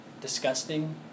disgusting